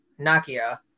Nakia